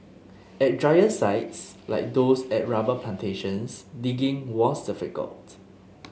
at drier sites like those at rubber plantations digging was difficult